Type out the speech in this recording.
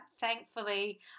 thankfully